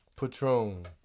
Patron